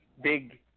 big